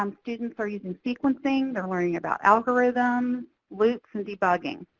um students are using sequencing, they're learning about algorithms, um loops, and debugging.